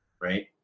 right